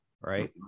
Right